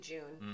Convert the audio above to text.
June